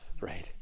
right